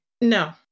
No